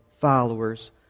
followers